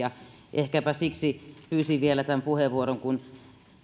ehkäpä siksi pyysin vielä tämän puheenvuoron kun